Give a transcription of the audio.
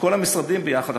שכל המשרדים יעבדו ביחד.